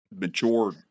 mature